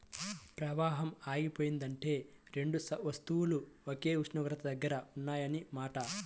ప్రవాహం ఆగిపోయిందంటే రెండు వస్తువులు ఒకే ఉష్ణోగ్రత దగ్గర ఉన్నాయన్న మాట